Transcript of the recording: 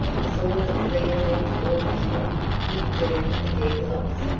saw that the viennese orchestra would prove a dead loss.